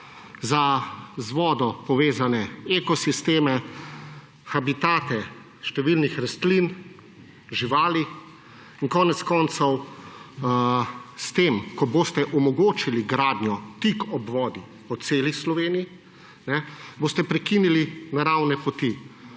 za z vodo povezane ekosisteme, habitate številnih rastlin, živali. Konec koncev, s tem ko boste omogočili gradnjo tik ob vodi po celi Sloveniji, boste prekinili naravne poti,